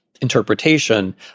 interpretation